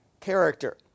character